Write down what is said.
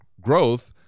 growth